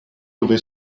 dove